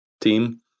team